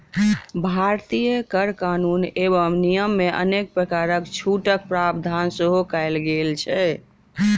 भारतीय कर कानून एवं नियममे अनेक प्रकारक छूटक प्रावधान सेहो कयल गेल छै